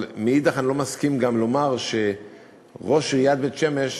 אבל מאידך גיסא אני לא מסכים גם לומר שראש עיריית בית-שמש